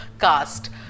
cast